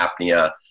apnea